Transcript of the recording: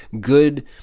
good